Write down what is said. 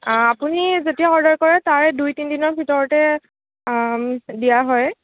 আপুনি যেতিয়া অৰ্ডাৰ কৰে তাৰে দুই তিন দিনৰ ভিতৰতে দিয়া হয়